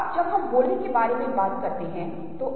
हम अभी से थोड़ी देर में इसके बारे में बात करेंगे